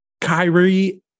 Kyrie